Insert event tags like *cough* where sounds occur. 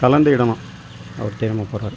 கலந்து இடணும் *unintelligible*